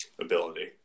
ability